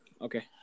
Okay